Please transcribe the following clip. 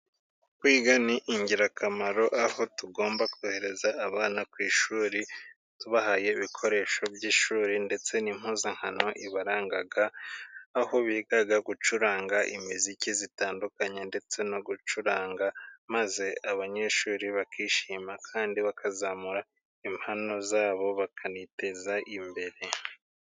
Kwiga ni ingirakamaro, aho tugomba kohereza abana ku ishuri tubahaye ibikoresho by'ishuri ndetse n'impuzankano ibaranga, aho biga gucuranga imiziki itandukanye ndetse no gucuranga, maze abanyeshuri bakishima kandi bakazamura impano za bo, bakaniteza imbere.